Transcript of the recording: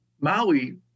Maui